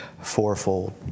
fourfold